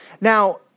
now